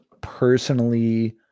personally